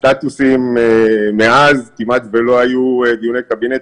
הסטטוסים מאז כמעט ולא היו דיוני קבינט.